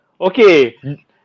Okay